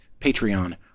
Patreon